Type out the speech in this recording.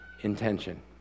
intention